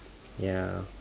ya